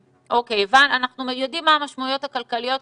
אנחנו יודעים מה המשמעויות הכלכליות,